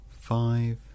five